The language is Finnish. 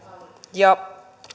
ja